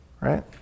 right